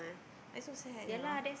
that's so sad you know